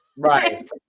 Right